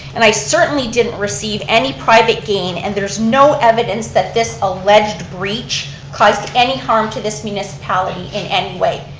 and i certainly didn't receive any private gain and there's no evidence that this alleged breach caused any harm to this municipality in any way.